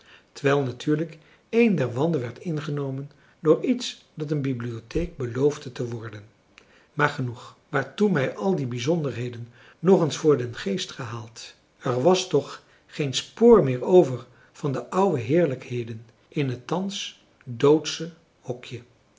terwijl natuurlijk een der wanden werd ingenomen door iets dat een bibliotheek beloofde te worden maar genoeg waartoe mij al die bijzonderheden nog eens voor den geest gehaald er was toch geen spoor meer over van de oude heerlijkheden in het thans doodsche hokje